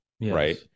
right